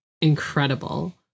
incredible